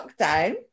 lockdown